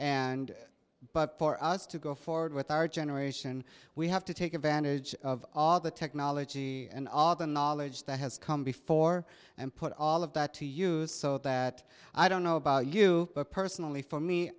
and but for us to go forward with our generation we have to take advantage of all the technology and all the knowledge that has come before and put all of that to use so that i don't know about you but personally for me